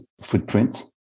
footprint